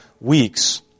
weeks